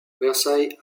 versailles